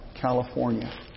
California